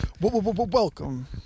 Welcome